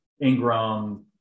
Ingram